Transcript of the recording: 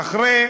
אחרי